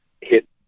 hit